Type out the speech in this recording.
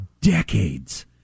decades